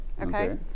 okay